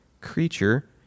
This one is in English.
creature